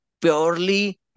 purely